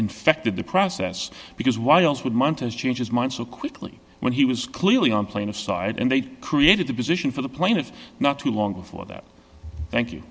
infected the process because why else would mountains change his mind so quickly when he was clearly on plan aside and they created the position for the plaintiff not too long before that thank you